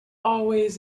always